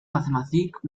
mathematik